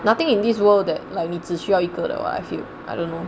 nothing in this world that likely 只需要一个 or [what] I feel I don't know